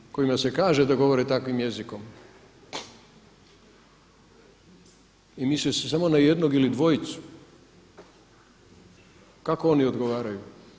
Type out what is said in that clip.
A oni kojima se kaže da govore takvim jezikom i misli se samo na jednog ili na dvojcu kako oni odgovaraju?